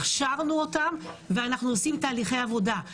הכשרנו אותן ואנחנו עושים תהליכי עבודה.